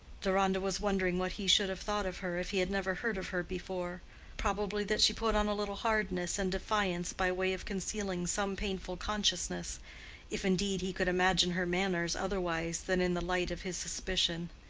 deronda was wondering what he should have thought of her if he had never heard of her before probably that she put on a little hardness and defiance by way of concealing some painful consciousness if, indeed, he could imagine her manners otherwise than in the light of his suspicion.